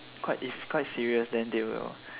quite if quite serious then they will